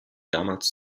damals